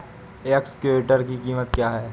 Excavator की कीमत क्या है?